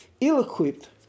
ill-equipped